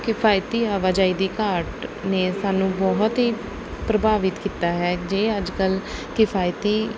ਕਿਫਾਇਤੀ ਆਵਾਜਾਈ ਦੀ ਘਾਟ ਨੇ ਸਾਨੂੰ ਬਹੁਤ ਹੀ ਪ੍ਰਭਾਵਿਤ ਕੀਤਾ ਹੈ ਜੇ ਅੱਜ ਕੱਲ ਕਿਫਾਇਤੀ